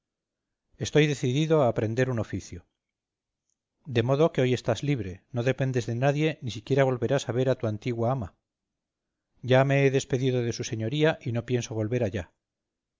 estoy decidido a aprender un oficio de modo que hoy estás libre no dependes de nadie ni siquiera volverás a ver a tu antigua ama ya me he despedido de su señoría y no pienso volver allá